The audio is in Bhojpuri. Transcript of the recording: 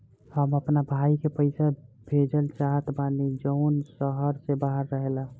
हम अपना भाई के पइसा भेजल चाहत बानी जउन शहर से बाहर रहेला